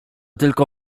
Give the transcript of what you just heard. tylko